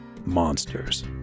Monsters